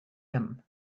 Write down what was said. him